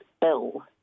Bill